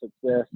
success